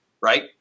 right